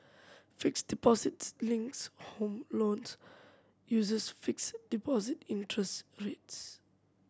fixed deposit links home loans uses fixed deposit interest rates